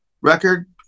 record